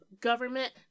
government